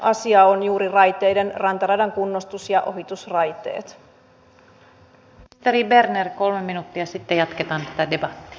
tämä taas heikentäisi merkittävästi suomen puolustuksen uskottavuutta tilanteessa jossa turvallisuusympäristömuutos korostaa osaamisen ja valmiuden merkitystä